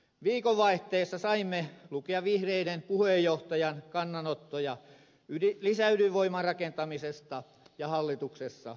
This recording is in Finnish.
viikonvaihteessa saimme lukea vihreiden puheenjohtajan kannanottoja lisäydinvoiman rakentamisesta ja hallituksessa jatkamisesta